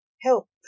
help